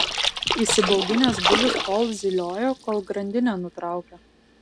įsibauginęs bulius tol zyliojo kol grandinę nutraukė